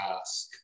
ask